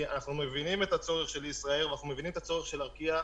אנחנו מבינים את הצורך של ישראייר ואנחנו מבינים את הצורך של ארקיע,